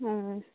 অঁ অঁ